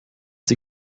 sie